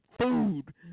food